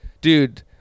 dude